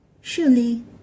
Surely